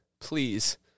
Please